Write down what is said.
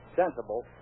sensible